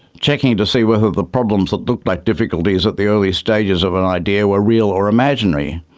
checking to see whether the problems that look like difficulties at the early stages of an idea were real or imaginary.